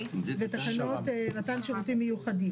ותקנות מתן שירותים מיוחדים.